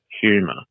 humour